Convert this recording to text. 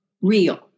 real